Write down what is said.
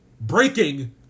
Breaking